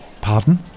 Pardon